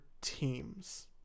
teams